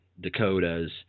Dakotas